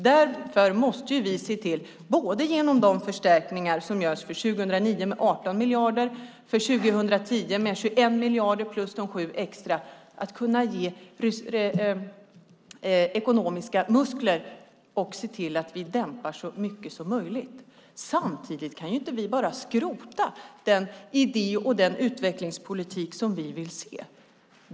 Därför måste vi se till att genom de förstärkningar som görs - 2009 med 18 miljarder, 2010 med 21 miljarder samt de 7 miljarderna extra - ge ekonomiska muskler och dämpa så mycket som möjligt. Samtidigt kan vi inte bara skrota den idé och utvecklingspolitik som vi vill se.